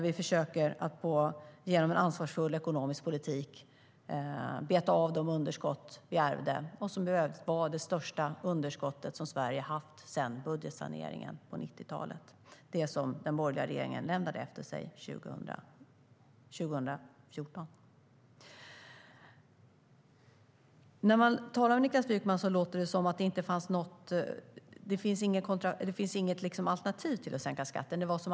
Vi försöker genom en ansvarsfull ekonomisk politik beta av de underskott vi ärvde och som var de största som Sverige haft sedan budgetsaneringen på 90-talet. Det var det som den borgerliga regeringen lämnade efter sig 2014.När man talar med Niklas Wykman låter det som att det inte finns något alternativ till att sänka skatten.